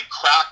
crack